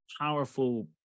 powerful